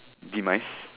demise